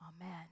amen